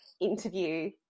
interview